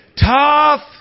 tough